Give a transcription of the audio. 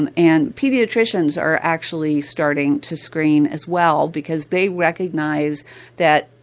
and and pediatricians are actually starting to screen as well because they recognize that,